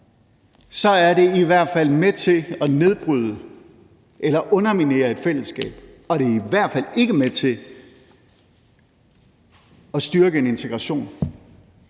så er det med til at nedbryde eller underminere et fællesskab, og det er i hvert fald ikke med til at styrke en integration.